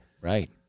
right